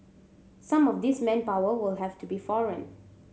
some of this manpower will have to be foreign